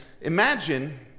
Imagine